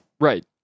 Right